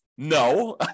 No